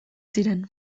ziren